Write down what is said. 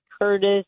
Curtis